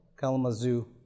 Kalamazoo